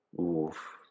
Oof